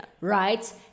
right